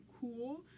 cool